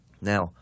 Now